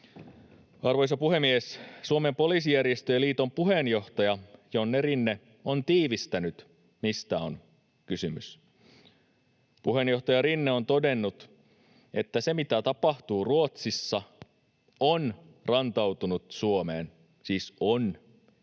Arvoisa puhemies! Suomen Poliisijärjestöjen Liiton puheenjohtaja Jonne Rinne on tiivistänyt, mistä on kysymys. Puheenjohtaja Rinne on todennut, että se, mitä tapahtuu Ruotsissa, on rantautunut Suomeen — siis ”on”,